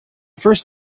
first